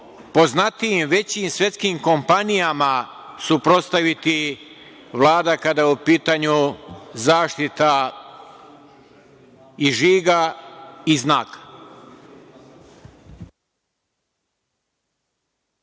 poznatijim većim svetskim kompanijama suprotstaviti Vlada kada je u pitanju zaštita i žiga i znaka.